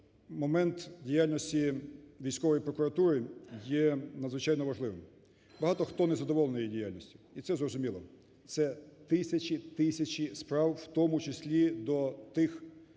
момент діяльності військової прокуратури є надзвичайно важливим. Багато хто не задоволений її діяльністю і це зрозуміло, це тисячі, тисячі справ, в тому числі до тих